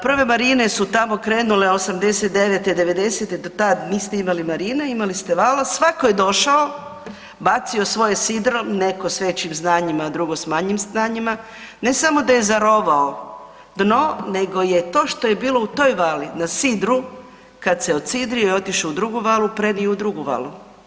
Prve marine su tamo krenule '89.-'90., do tad niste imali marine imali se valo, svako je došao bacio svoje sidro netko s većim znanjima, a drugo s manjim znanjima ne samo da je zarovao dno nego je to što je bilo u toj vali na sidru kad se odsidrio i otišao u drugu valu prenio i u drugu valu.